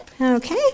Okay